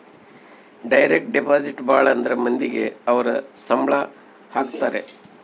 direct deposit ಭಾಳ ಅಂದ್ರ ಮಂದಿಗೆ ಅವ್ರ ಸಂಬ್ಳ ಹಾಕತರೆ